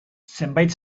zenbait